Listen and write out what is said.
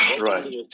Right